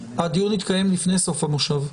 שהדיון יתקיים לפני סוף המושב.